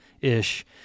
ish